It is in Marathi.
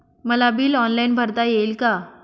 मला बिल ऑनलाईन भरता येईल का?